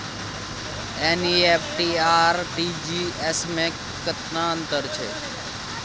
NEFT आ RTGS में की अन्तर छै?